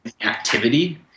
activity